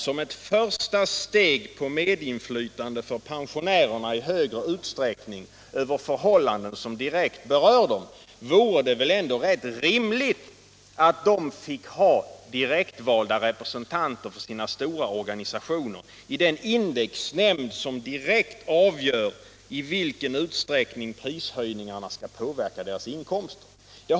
Som ett första steg till medinflytande i högre utsträckning för pensionärer över förhållanden som direkt berör dem vore det väl ändå rimligt att de fick ha direktvalda representanter för sina stora organisationer i den indexnämnd som direkt avgör i vilken utsträckning prishöjningarna skall påverka deras inkomster.